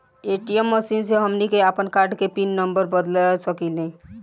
ATM machine से हमनी के आपन कार्ड के पिन नम्बर बदल सके नी